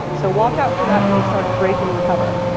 so watch out for that when you start draping the cover.